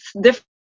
different